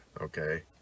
Okay